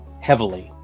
heavily